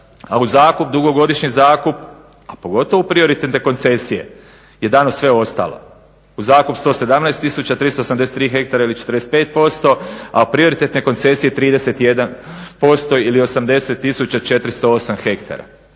A u dugogodišnji zakup, a pogotovo u prioritetne koncesije je dano sve ostalo. U zakup 117 tisuća 373 hektara ili 45%, a prioritetne koncesije 31% ili 80 tisuća 408 hektara.